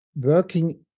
working